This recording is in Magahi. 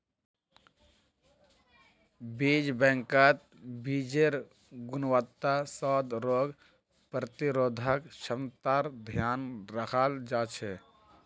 बीज बैंकत बीजेर् गुणवत्ता, स्वाद, रोग प्रतिरोधक क्षमतार ध्यान रखाल जा छे